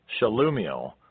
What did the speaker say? Shalumiel